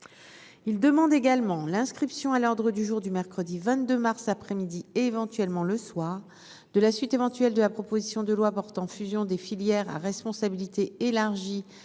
Ils demandent également l'inscription à l'ordre du jour du mercredi 22 mars après-midi et éventuellement le soir de la suite éventuelle de la proposition de loi portant fusion des filières à responsabilité élargie